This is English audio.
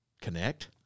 connect